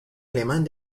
alemán